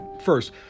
first